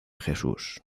jesús